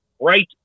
right